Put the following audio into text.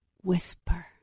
whisper